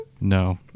No